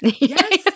Yes